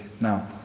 Now